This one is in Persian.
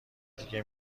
دیگه